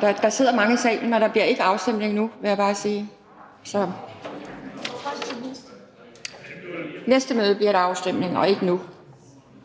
på. Der sidder mange i salen, og der bliver ikke afstemning nu, vil jeg bare sige. I næste møde bliver der afstemning og ikke nu.